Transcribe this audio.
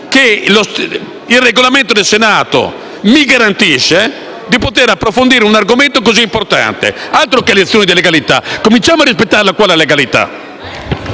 che il Regolamento del Senato mi garantisce, di poter approfondire un argomento così importante. Altro che lezioni di legalità! Cominciamo a rispettare qua la legalità.